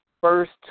first